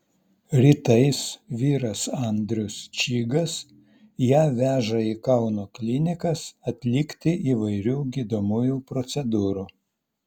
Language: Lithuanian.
rytais vyras andrius čygas ją veža į kauno klinikas atlikti įvairių gydomųjų procedūrų